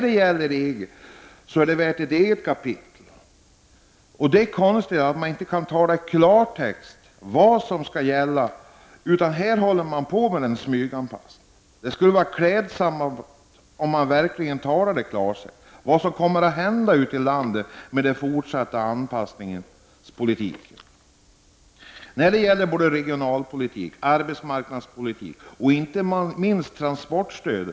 EG är värt ett eget kapitel. Det är konstigt att man inte kan tala i klartext vad som skall gälla, utan håller på med en smyganpassning. Det skulle vara klädsammare om man verkligen talade i klartext om vad som kommer att hända ute i landet med fortsatt anpassningspolitik i fråga om regionalpolitik, arbetsmarknadspolitik och inte minst transportstöd.